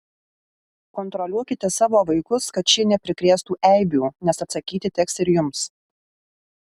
kontroliuokite savo vaikus kad šie neprikrėstų eibių nes atsakyti teks ir jums